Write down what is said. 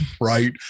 right